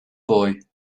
boy